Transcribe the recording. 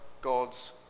God's